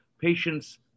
patients